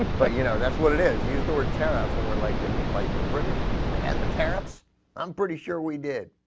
but you know that's what it is used or terror for like ten we played the british the and the parents i'm pretty sure we did